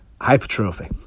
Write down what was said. hypertrophy